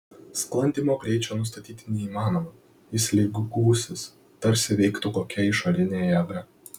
sklandymo greičio nusistatyti neįmanoma jis lyg gūsis tarsi veiktų kokia išorinė jėga